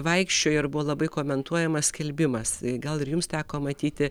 vaikščiojo ir buvo labai komentuojamas skelbimas gal ir jums teko matyti